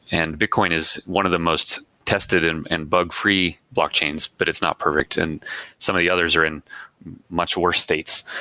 and bitcoin is one of the most tested and bug free blockchains, but it's not perfect and some of the others are in much worse states.